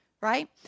right